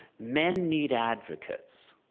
men need advocates,